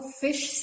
fish